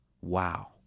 Wow